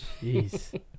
Jeez